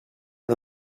the